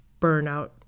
burnout